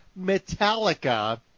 Metallica